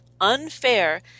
Unfair